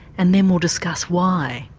and then we'll discuss why.